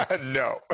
no